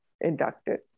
inducted